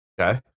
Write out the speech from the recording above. Okay